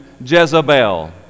Jezebel